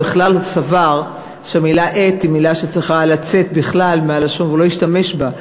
בכלל סבר שהמילה "את" היא מילה שצריכה לצאת מהלשון והוא לא השתמש בה.